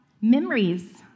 memories